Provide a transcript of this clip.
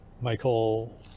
Michael